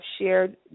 shared